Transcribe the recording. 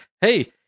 hey